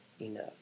enough